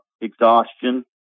exhaustion